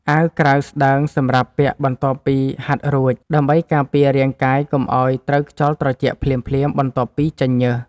អាវក្រៅស្ដើងសម្រាប់ពាក់បន្ទាប់ពីហាត់រួច ដើម្បីការពាររាងកាយកុំឱ្យត្រូវខ្យល់ត្រជាក់ភ្លាមៗបន្ទាប់ពីចេញញើស។